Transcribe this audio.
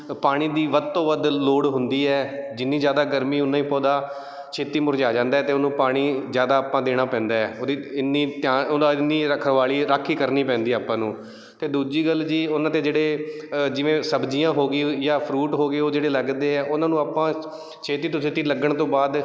ਪਾਣੀ ਦੀ ਵੱਧ ਤੋਂ ਵੱਧ ਲੋੜ ਹੁੰਦੀ ਹੈ ਜਿੰਨੀ ਜ਼ਿਆਦਾ ਗਰਮੀ ਓਨਾ ਹੀ ਪੌਦਾ ਛੇਤੀ ਮੁਰਝਾ ਜਾਂਦਾ ਹੈ ਅਤੇ ਉਹਨੂੰ ਪਾਣੀ ਜ਼ਿਆਦਾ ਆਪਾਂ ਦੇਣਾ ਪੈਂਦਾ ਉਹਦੀ ਇੰਨੀ ਧਿਆਨ ਉਹਦਾ ਇੰਨੀ ਰਖਵਾਲੀ ਰਾਖੀ ਕਰਨੀ ਪੈਂਦੀ ਆਪਾਂ ਨੂੰ ਅਤੇ ਦੂਜੀ ਗੱਲ ਜੀ ਉਹਨਾਂ 'ਤੇ ਜਿਹੜੇ ਜਿਵੇਂ ਸਬਜ਼ੀਆਂ ਹੋ ਗਈ ਜਾਂ ਫਰੂਟ ਹੋ ਗਏ ਉਹ ਜਿਹੜੇ ਲੱਗਦੇ ਆ ਉਹਨਾਂ ਨੂੰ ਆਪਾਂ ਛੇਤੀ ਤੋਂ ਛੇਤੀ ਲੱਗਣ ਤੋਂ ਬਾਅਦ